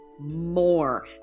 more